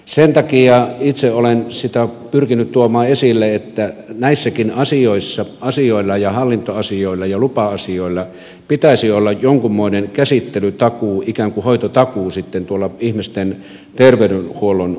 sen takia itse olen sitä pyrkinyt tuomaan esille että näissäkin asioissa hallintoasioilla ja lupa asioilla pitäisi olla jonkunmoinen käsittelytakuu ikään kuin hoitotakuu tuolla ihmisten terveydenhuollon puolella